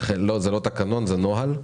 זה לא תקנון אלא נוהל.